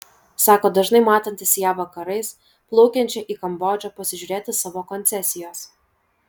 sako dažnai matantis ją vakarais plaukiančią į kambodžą pasižiūrėti savo koncesijos